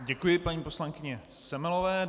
Děkuji paní poslankyni Semelové.